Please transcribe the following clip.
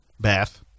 Bath